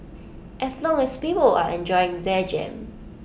as long as people are enjoying their jam